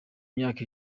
myaka